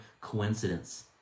coincidence